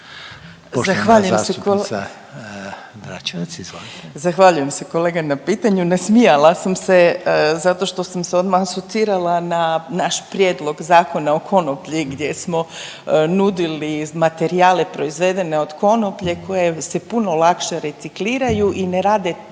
Zahvaljujem se kolega na pitanju.